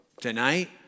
tonight